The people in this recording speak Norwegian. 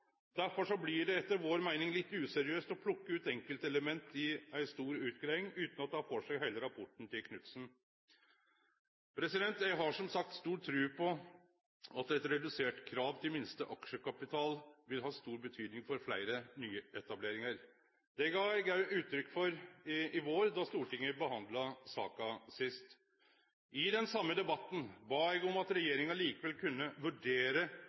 Derfor blir det etter vår meining litt useriøst å plukke ut enkeltelement i ei stor utgreiing, utan å ta for seg heile rapporten til Knudsen. Eg har, som sagt, stor tru på at eit redusert krav til minste aksjekapital vil ha stor betydning for fleire nyetableringar. Det gav eg også uttrykk for i vår, da Stortinget behandla saka sist. I den same debatten bad eg om at regjeringa likevel kunne vurdere